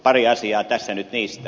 pari asiaa tässä nyt niistä